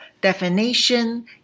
definition